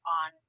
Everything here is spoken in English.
on